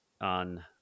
on